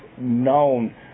known